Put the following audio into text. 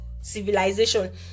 civilization